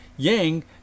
Yang